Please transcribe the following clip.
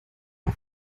mal